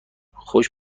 خوش